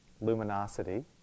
luminosity